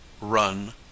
Run